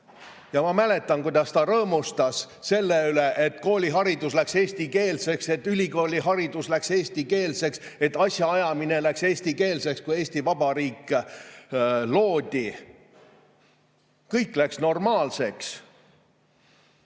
Ma mäletan, kuidas ta rõõmustas selle üle, et kooliharidus läks eestikeelseks, et ülikooliharidus läks eestikeelseks, et asjaajamine läks eestikeelseks, kui Eesti Vabariik loodi. Kõik läks normaalseks. Kahjuks